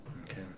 Okay